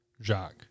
Jacques